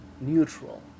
neutral